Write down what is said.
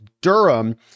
Durham